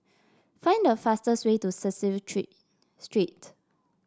find the fastest way to Cecil Tree Street